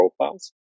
profiles